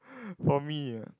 for me ah